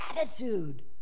attitude